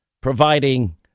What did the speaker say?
providing